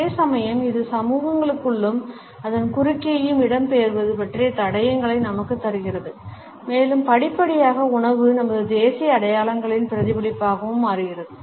அதே சமயம் இது சமூகங்களுக்குள்ளும் அதன் குறுக்கேயும் இடம்பெயர்வது பற்றிய தடயங்களை நமக்குத் தருகிறது மேலும் படிப்படியாக உணவு நமது தேசிய அடையாளங்களின் பிரதிபலிப்பாகவும் மாறுகிறது